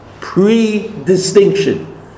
pre-distinction